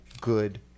good